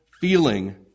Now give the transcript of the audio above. feeling